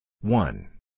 One